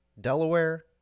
Delaware